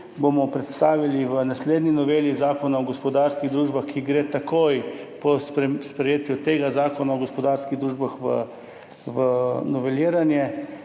bomo predstavili v naslednji noveli Zakona o gospodarskih družbah, ki gre takoj po sprejetju tega zakona o gospodarskih družbah v noveliranje,